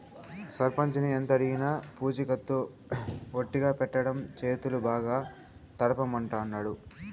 సర్పంచిని ఎంతడిగినా పూచికత్తు ఒట్టిగా పెట్టడంట, చేతులు బాగా తడపమంటాండాడు